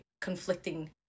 conflicting